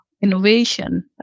innovation